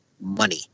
money